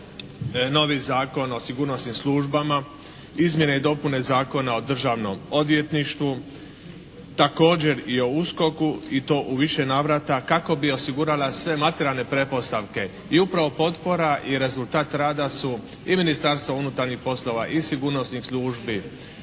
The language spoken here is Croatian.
novi Zakon o sigurnosnim službama, izmjene i dopune Zakona o Državnom odvjetništvu, također i o USKOK-u i to u više navrata kako bi osigurala sve materijalne pretpostavke i upravo potpora i rezultat rada su i Ministarstvo unutarnjih poslova i sigurnosnih službi.